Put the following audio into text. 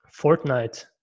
Fortnite